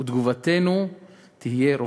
ותגובתנו תהיה רופסת.